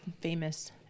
famous